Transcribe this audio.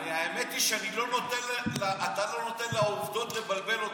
האמת היא שאתה לא נותן לעובדות לבלבל אותך,